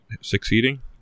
succeeding